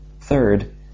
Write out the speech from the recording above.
Third